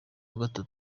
gatanu